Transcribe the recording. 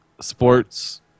sports